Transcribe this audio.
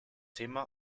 thema